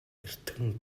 эртхэн